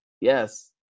yes